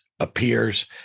appears